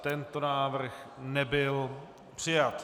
Tento návrh nebyl přijat.